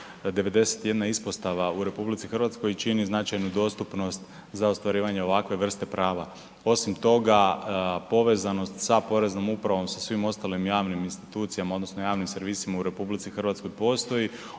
91 ispostava u RH čini značajnu dostupnost za ostvarivanje ovakve vrste prava. Osim toga povezanost sa Poreznom upravom, sa svim ostalim javnim institucijama odnosno javnim servisima u RH postoji.